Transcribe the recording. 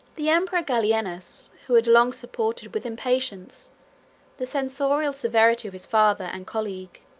the emperor gallienus, who had long supported with impatience the censorial severity of his father and colleague,